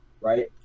right